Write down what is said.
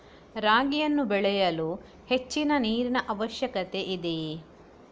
ರಾಗಿಯನ್ನು ಬೆಳೆಯಲು ಹೆಚ್ಚಿನ ನೀರಿನ ಅವಶ್ಯಕತೆ ಇದೆಯೇ?